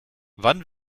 wann